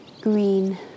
green